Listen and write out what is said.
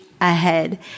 ahead